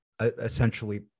essentially